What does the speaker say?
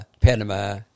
Panama